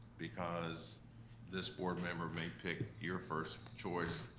because this board member may pick your first choice,